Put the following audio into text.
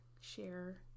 share